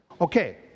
okay